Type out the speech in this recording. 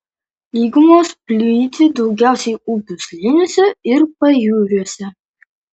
lygumos plyti daugiausiai upių slėniuose ir pajūriuose